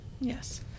yes